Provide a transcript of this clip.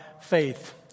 faith